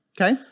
Okay